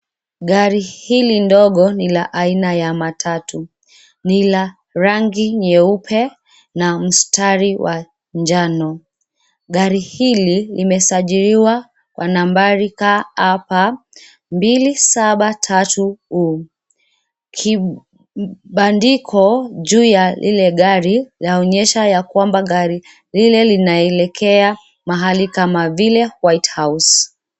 Gari hili ndogo ni la aina ya matatu. Ni la rangi nyeupe, na mstari wa njano. Gari hili limesajiliwa kwa nambari KAP mbili saba tatu U. Kibandiko juu ya lile gari, laonyesha ya kwamba gari lile linaelekea mahali kama vile white house .